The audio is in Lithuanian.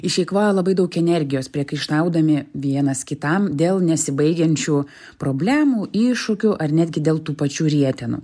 išeikvoja labai daug energijos priekaištaudami vienas kitam dėl nesibaigiančių problemų iššūkių ar netgi dėl tų pačių rietenų